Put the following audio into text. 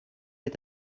est